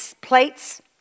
plates